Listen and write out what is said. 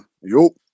Yo